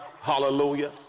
Hallelujah